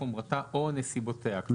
חומרתה או נסיבותיה.